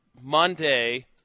Monday